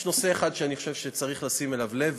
יש נושא אחד שאני חושב שצריך לשים אליו לב,